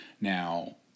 Now